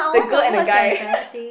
the girl and the guy